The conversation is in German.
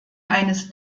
eines